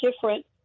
different